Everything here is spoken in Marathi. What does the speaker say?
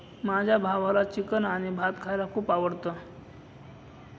माझ्या भावाला चिकन आणि भात खायला खूप आवडतं